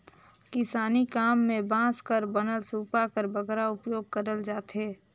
किसानी काम मे बांस कर बनल सूपा कर बगरा उपियोग करल जाथे